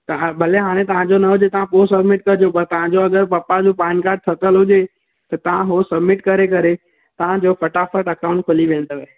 तव्हां भले हाणे तव्हां जो न हुजे तव्हां पोइ सबमिट कजो पर तव्हां जो अगरि पप्पा जो पानकार्ड कढियल हुजे त तव्हां हू सबमिट करे करे ॿियो फटाफटि अकाउंट खुली वेंदव